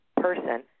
person